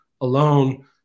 alone